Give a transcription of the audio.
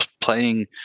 playing